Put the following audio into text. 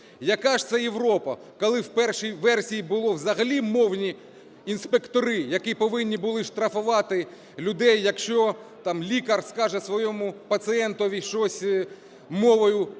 Яка ж це Європа, коли в першій версії було взагалі мовні інспектори, які повинні були штрафувати людей, якщо там лікар скаже своєму пацієнтові щось мовою,